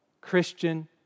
Christian